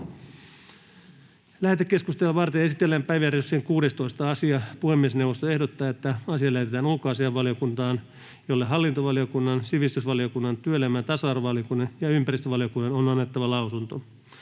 Lähetekeskustelua varten esitellään päiväjärjestyksen 16. asia. Puhemiesneuvosto ehdottaa, että asia lähetetään ulkoasiainvaliokuntaan, jolle hallintovaliokunnan, sivistysvaliokunnan, työelämä- ja tasa-arvovaliokunnan ja ympäristövaliokunnan on annettava lausunto.